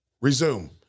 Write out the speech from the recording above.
Resume